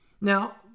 Now